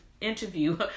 interview